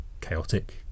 chaotic